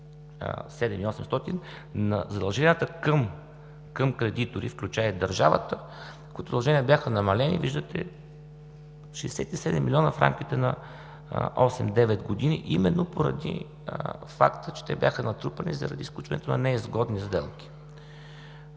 27 800 на задълженията към кредитори, включително и държавата, които задължения бяха намалени, виждате 67 милиона в рамките на осем-девет години, именно поради факта, че те бяха натрупани, заради сключването на неизгодни сделки.